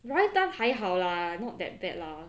ryan tan 还好 lah not that bad lah